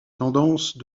tendances